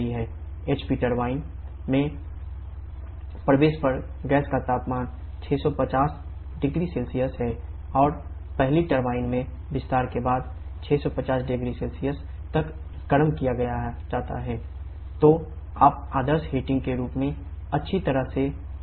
अब टरबाइन के रूप में अच्छी तरह से कर रहे हैं